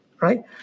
right